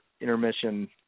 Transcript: intermission